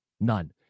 None